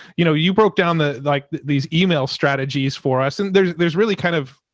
you know, you broke down the, like these email strategies for us and there's, there's really kind of.